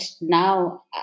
now